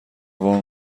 وام